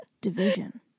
Division